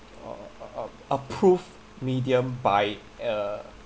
a~ a~ ap~ approve medium by uh